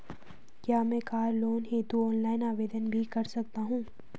क्या मैं car loan हेतु ऑनलाइन आवेदन भी कर सकता हूँ?